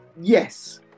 yes